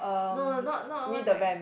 no no not not one-direc~